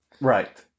Right